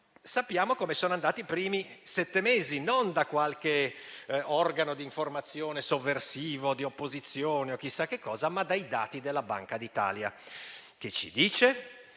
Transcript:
sappiamo come sono andati i primi sette mesi, e questo non da qualche organo di informazione sovversivo di opposizione o chissà cosa, ma dai dati della Banca d'Italia. Tali dati